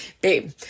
Babe